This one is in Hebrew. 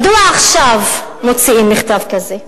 מדוע עכשיו מוציאים מכתב כזה?